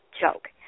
joke